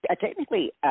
technically